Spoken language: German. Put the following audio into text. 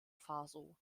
faso